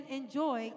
enjoy